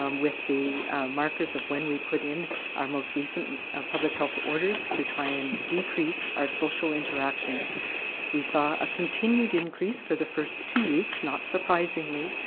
um with the markers of when we put in our most recent public health orders to try to and decrease our social interactions we saw a continued increase for the first two weeks, not surprisingly,